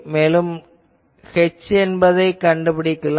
மேலும் நீங்கள் H என்பதைக் கண்டுபிடிக்கலாம்